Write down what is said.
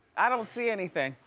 i don't see anything.